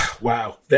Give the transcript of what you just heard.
Wow